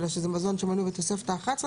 ומכיוון שזה מזון שמנוי בתוספת האחת-עשרה